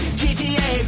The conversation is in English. gta